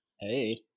Hey